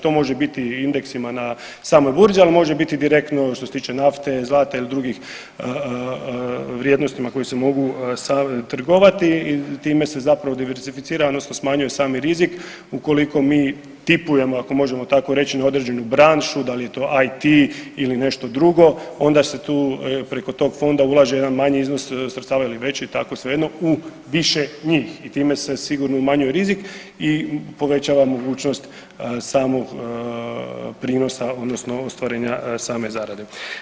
To može biti i indeksima na samoj burzi, ali može biti i direktno što se tiče nafte, zlata ili drugih vrijednostima kojima se mogu trgovati i time se zapravo diverzificira odnosno smanjuje sami rizik ukoliko mi tipujemo ako možemo tako reći na određenu branšu, da li je to IT ili nešto drugo onda se tu preko tog fonda ulaže jedan manji iznos sredstava ili veći tako svejedno u više njih i time se sigurno umanjuje rizik i povećava mogućnost samog prinosa odnosno ostvarenja same zarade.